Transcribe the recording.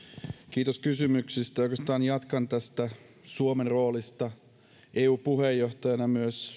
kiitos kysymyksistä oikeastaan jatkan tästä suomen roolista eu puheenjohtajana